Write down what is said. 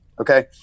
okay